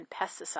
pesticides